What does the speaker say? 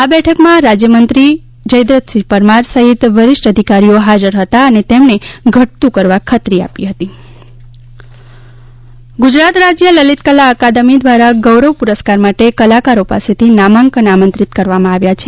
આ બેઠક માં રાજ્ય મંત્રી જયદ્રથ સિંહ પરમાર સહિત વરીષ્ઠ અધિકારીઓ હાજર હતા અને તેમણે ઘટતું કરવા ખત્રિ આપી હતી લલિતકલા અકાદમી ગૌરવ પુરસ્કાર ગુજરાત રાજય લલિતકલા અકાદમી દ્વારા ગૌરવ પુરસ્કાર માટે કલાકારો પાસેથી નામાંકન આમંત્રિત કરવામાં આવ્યા છે